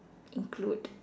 include